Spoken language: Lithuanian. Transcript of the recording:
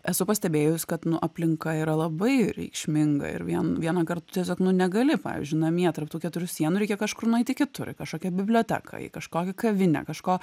esu pastebėjus kad nu aplinka yra labai reikšminga ir vien vienąkart tiesiog nu negali pavyzdžiui namie tarp tų keturių sienų reikia kažkur nueiti kitur į kažkokią biblioteką į kažkokią kavinę kažko